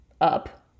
up